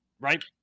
Right